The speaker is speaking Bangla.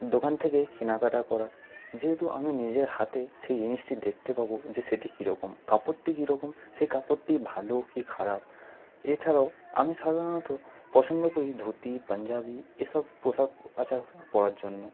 দোকান থেকে কেনাকাটা করার যেহেতু আমি নিজের হাতে সেই জিনিসটি দেখতে পাবো যে সেটি কীরকম কাপড়টি কীরকম সেই কাপড়টি ভালো কি খারাপ এছাড়াও আমি সাধারণত পছন্দ করি ধুতি পাঞ্জাবী এসব পোশাক আশাক পরার জন্য